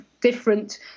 different